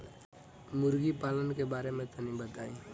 मुर्गी पालन के बारे में तनी बताई?